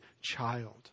child